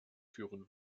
führen